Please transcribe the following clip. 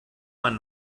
man